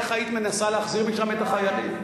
איך היית מנסה להחזיר משם את החיילים?